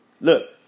Look